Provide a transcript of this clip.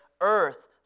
Earth